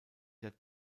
der